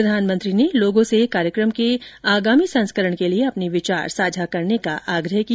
प्रधानमंत्री ने लोगों से कार्यक्रम के आगामी संस्करण के लिए अपने विचार साझा करने का भी आग्रह किया